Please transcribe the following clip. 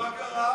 ומה קרה?